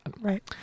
Right